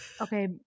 Okay